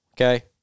Okay